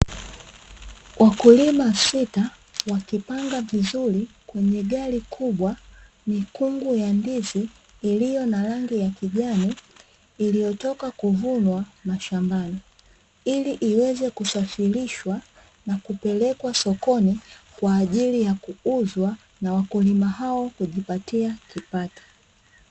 Wakulima sita wakipanga vizuri kwenye gari kubwa mikungu ya ndizi iliyo na rangi ya kijani iliyotoka kuvunwa mashambani, ili iweze kusafirishwa na kupelekwa sokoni kwaajili ya kuuzwa na wakulima hao kujipatia kipato.